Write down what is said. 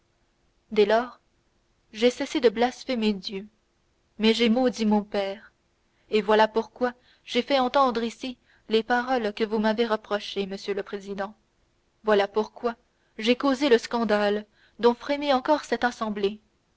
dès lors j'ai cessé de blasphémer dieu mais j'ai maudit mon père et voilà pourquoi j'ai fait entendre ici les paroles que vous m'avez reprochées monsieur le président voilà pourquoi j'ai causé le scandale dont frémit encore cette assemblée